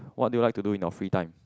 what do you like to do in your free time